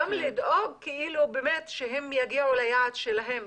גם לדאוג שהם יגיעו ליעד שלהם,